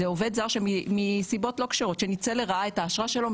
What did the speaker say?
זה עובד זר שמסיבות לא כשרות שניצל לרעה את האשרה שלו,